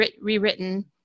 rewritten